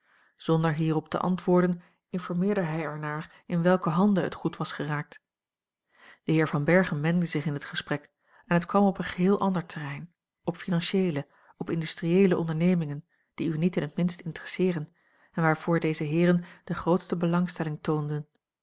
zonder hierop te antwoorden informeerde hij er naar in welke handen het goed was geraakt de heer van berchem mengde zich in het gesprek en het kwam op een geheel ander terrein op financieele op industrieele ondernemingen die u niet in het minst interesseeren en waarvoor deze heeren de grootste belangstelling toonden